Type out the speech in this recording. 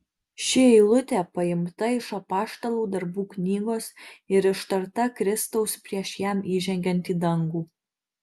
ši eilutė paimta iš apaštalų darbų knygos ir ištarta kristaus prieš jam įžengiant į dangų